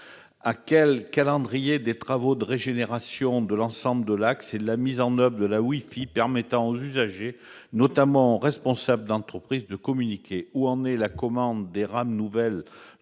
le calendrier des travaux de régénération de l'ensemble de l'axe et de la mise en oeuvre du wifi, permettant aux usagers, notamment aux responsables d'entreprise, de communiquer ? Où en sont la commande des rames nouvelles